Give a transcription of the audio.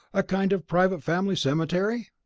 a kind of private family cemetery?